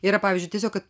yra pavyzdžiui tiesiog kad